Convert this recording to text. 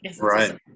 right